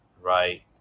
right